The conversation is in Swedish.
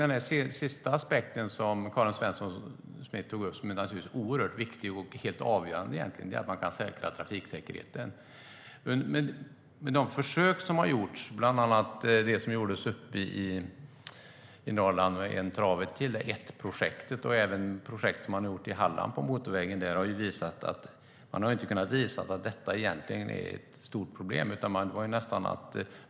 Den sista aspekten som Karin Svensson Smith tog upp är oerhört viktig och egentligen helt avgörande. Det är att man kan säkra trafiksäkerheten. Det har gjorts försök, bland annat de försök som gjordes uppe i Norrland med projektet En trave till, ETT-projektet, och även projekt som man har gjort i Halland på motorvägen där. Man har inte kunnat visa att det är ett stort problem.